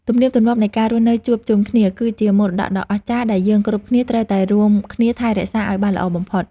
ទំនៀមទម្លាប់នៃការរស់នៅជួបជុំគ្នា គឺជាមរតកដ៏អស្ចារ្យដែលយើងគ្រប់គ្នាត្រូវតែរួមគ្នាថែរក្សាឱ្យបានល្អបំផុត។